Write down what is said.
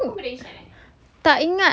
I think